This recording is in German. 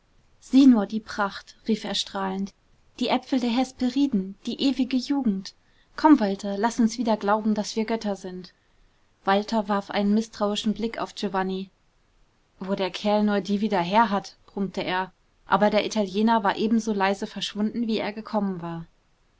sieh nur die pracht rief er strahlend die äpfel der hesperiden die ewige jugend komm walter laß uns wieder glauben daß wir götter sind walter warf einen mißtrauischen blick auf giovanni wo der kerl nur die wieder her hat brummte er aber der italiener war ebenso leise verschwunden wie er gekommen war